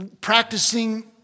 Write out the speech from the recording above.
practicing